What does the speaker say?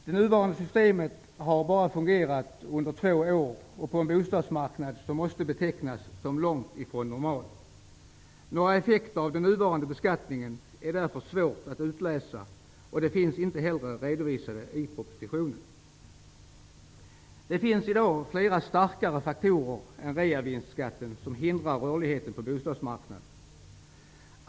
Det nuvarande systemet har bara fungerat i två år och på en bostadsmarknad som måste betecknas som långt ifrån normal. Några effekter av den nuvarande beskattningen är därför svåra att utläsa och finns inte heller redovisade i propositionen. Det finns i dag flera starkare faktorer än reavinstskatten som hindrar rörligheten på bostadsmarknaden.